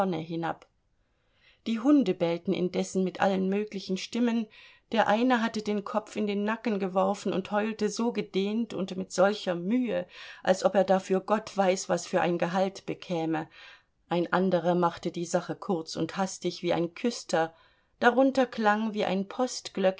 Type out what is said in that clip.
hinab die hunde bellten indessen mit allen möglichen stimmen der eine hatte den kopf in den nacken geworfen und heulte so gedehnt und mit solcher mühe als ob er dafür gott weiß was für ein gehalt bekäme ein anderer machte die sache kurz und hastig wie ein küster darunter klang wie ein